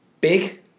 Big